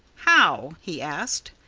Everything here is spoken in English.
how? he asked.